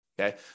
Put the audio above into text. okay